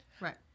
right